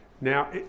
Now